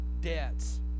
debts